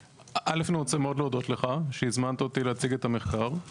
א' אני רוצה מאוד להודות לך שהזמנת אותי להציג את המחקר,